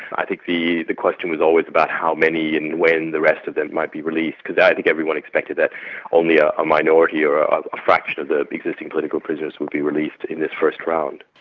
i think the the question was always about how many and when the rest of them might be released, because i think everyone expected that only ah a minority or a fraction the existing political prisoners would be released in this first round.